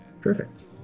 perfect